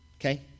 Okay